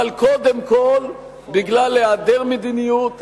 אבל קודם כול בגלל היעדר מדיניות,